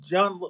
John